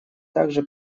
также